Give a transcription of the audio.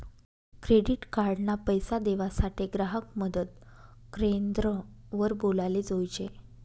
credit card ना पैसा देवासाठे ग्राहक मदत क्रेंद्र वर बोलाले जोयजे